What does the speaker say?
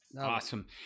Awesome